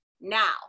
now